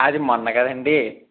అది మొన్న కదా అండి